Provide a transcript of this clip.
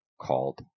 called